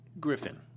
Griffin